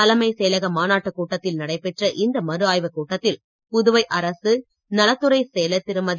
தலைமைச் செயலக மாநாட்டுக் கூடத்தில் நடைபெற்ற இந்த மறுஆய்வுக் கூட்டத்தில் புதுவை அரசினி நலத்துறைச் செயலர் திருமதி